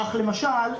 כך למשל,